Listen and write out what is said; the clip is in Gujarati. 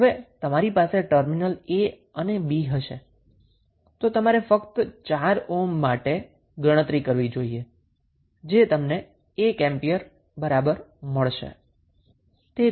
હવે તમારી પાસે ટર્મિનલ a અને b હશે તો તમારે ફક્ત 4 ઓહ્મ માટે ગણતરી કરવી જોઈએ જે તમને 1 એમ્પિયર મળશે